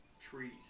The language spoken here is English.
trees